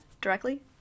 directly